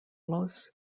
los